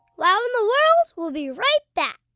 wow in the world will be right back.